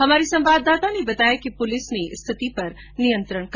हमारे संवाददाता ने बताया कि पुलिस ने स्थिति पर नियंत्रण किया